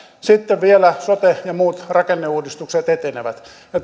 sitten vielä sote ja muut rakenneuudistukset etenevät